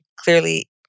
clearly